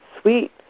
sweet